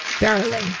Darling